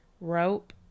rope